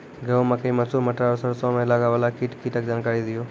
गेहूँ, मकई, मसूर, मटर आर सरसों मे लागै वाला कीटक जानकरी दियो?